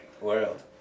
world